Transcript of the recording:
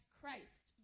Christ